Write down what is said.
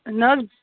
نہ حظ